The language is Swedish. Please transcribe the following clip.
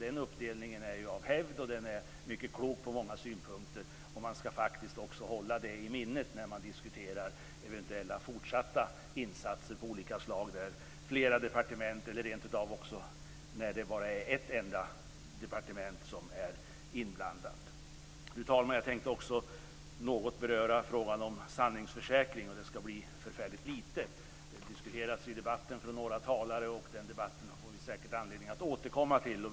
Den uppdelningen är ju av hävd och den är mycket klok på många sätt. Man ska också hålla det i minnet när man diskuterar eventuella fortsatta insatser av olika slag då flera departement eller rent av också bara ett enda departement är inblandat. Fru talman! Jag tänkte också något beröra frågan om sanningsförsäkring. Det ska bli förfärligt lite. En sanningsförsäkring har diskuterats i debatten av några talare och den debatten får vi säkert anledning att återkomma till.